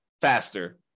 faster